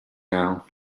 now